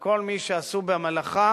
ולכל מי שעשו במלאכה,